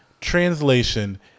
Translation